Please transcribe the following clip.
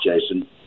Jason